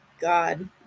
God